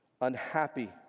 Unhappy